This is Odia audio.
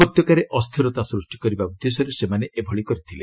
ଉପତ୍ୟକାରେ ଅସ୍ଥିରତା ସୃଷ୍ଟି କରିବା ଉଦ୍ଦେଶ୍ୟରେ ସେମାନେ ଏଭଳି କରିଥିଲେ